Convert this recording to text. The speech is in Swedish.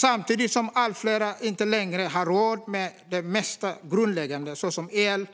Samtidigt som allt fler inte längre har råd med det mest grundläggande, såsom el,